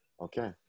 Okay